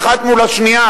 האחת מול השנייה,